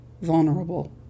vulnerable